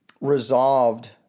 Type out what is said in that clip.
resolved